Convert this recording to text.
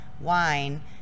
wine